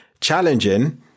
challenging